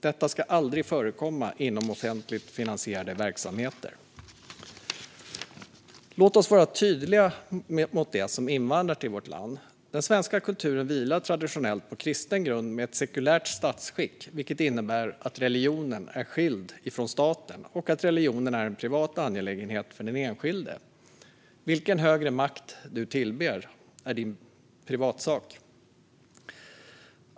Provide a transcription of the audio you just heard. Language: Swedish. Detta ska aldrig förekomma inom offentligt finansierade verksamheter. Låt oss vara tydliga mot dem som invandrar till vårt land: Den svenska kulturen vilar traditionellt på kristen grund, med ett sekulärt statsskick. Det innebär att religionen är skild från staten och att religionen är en privat angelägenhet för den enskilde. Vilken högre makt du tillber är din privatsak.